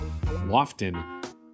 Lofton